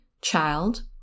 child